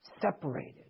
Separated